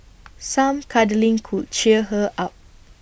some cuddling could cheer her up